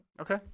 Okay